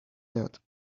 that